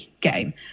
game